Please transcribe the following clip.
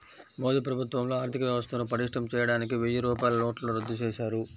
మోదీ ప్రభుత్వంలో ఆర్ధికవ్యవస్థను పటిష్టం చేయడానికి వెయ్యి రూపాయల నోట్లను రద్దు చేశారు